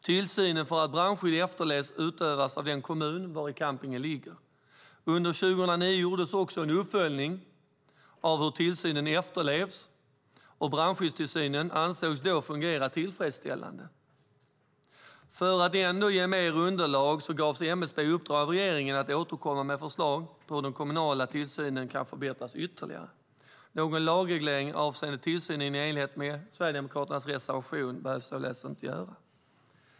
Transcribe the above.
Tillsynen för att brandskydd efterlevs utövas av den kommun vari campingen ligger. Under 2009 gjordes en uppföljning av hur tillsynen efterlevs, och brandskyddstillsynen ansågs då fungera tillfredsställande. För att ändå ge mer underlag gavs MSB i uppdrag av regeringen att återkomma med förslag på hur den kommunala tillsynen kan förbättras ytterligare. Någon lagreglering avseende tillsynen i enlighet med Sverigedemokraternas reservation behöver således inte göras.